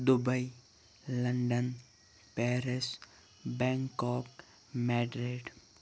Dubai London Paris Bangkok Madrid